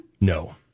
No